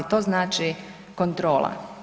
To znači kontrola.